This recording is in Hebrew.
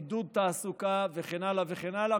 עידוד תעסוקה וכן הלאה וכן הלאה,